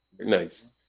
Nice